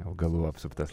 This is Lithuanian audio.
augalų apsuptas